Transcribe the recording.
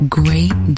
great